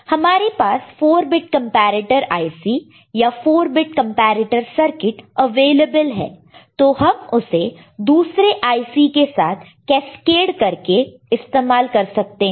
पर हमारे पास 4 बिट कंपैरेटर IC या 4 बिट कंपैरेटर सर्केट अवेलेबल है तो हम उसे दूसरे IC के साथ कैस्केड करके इस्तेमाल कर सकते हैं